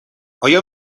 آیا